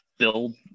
build